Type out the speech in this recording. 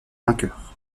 vainqueurs